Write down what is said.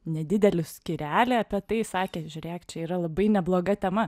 nedidelį skyrelį apie tai sakė žiūrėk čia yra labai nebloga tema